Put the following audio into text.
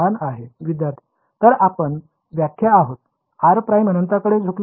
विद्यार्थी तर आपण व्याख्या आहोत r ′ अनंताकडे झुकले आहे